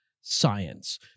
science